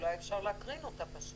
אולי אפשר להקרין אותה.